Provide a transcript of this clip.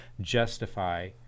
justify